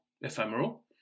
ephemeral